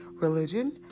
Religion